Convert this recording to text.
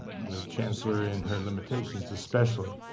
chancellor in her limitations especially.